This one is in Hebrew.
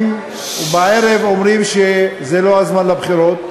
ובערב אומרים שזה לא הזמן לבחירות,